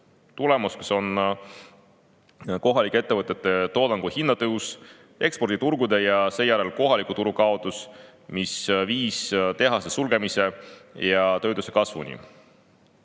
Tulemuseks on kohalike ettevõtete toodangu hinnatõus, eksporditurgude ja seejärel kohaliku turu kaotus, mis viis tehaste sulgemise ja töötuse kasvuni. Kuidas